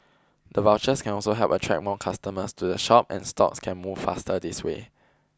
the vouchers can also help attract more customers to the shop and stocks can move faster this way